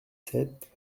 sept